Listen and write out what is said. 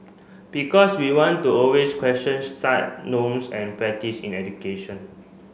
because we want to always question set norms and practice in education